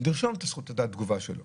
לרשום את התגובה שלו.